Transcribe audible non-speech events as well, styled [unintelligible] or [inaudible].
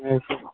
[unintelligible]